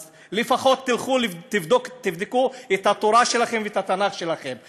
אז לפחות תבדקו את התורה שלכם ואת התנ"ך שלכם.